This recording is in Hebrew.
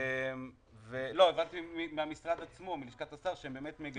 הבנתי מלשכת השר שהם באמת מבינים.